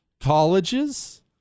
colleges